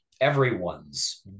everyone's